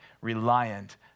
reliant